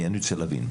אני רוצה להבין.